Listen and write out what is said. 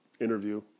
interview